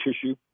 tissue